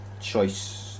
Choice